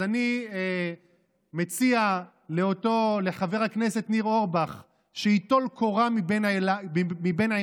אז אני מציע לחבר הכנסת ניר אורבך שייטול קורה מבין עיניו.